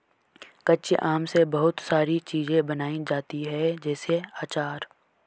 कच्चे आम से बहुत सारी चीज़ें बनाई जाती है जैसे आचार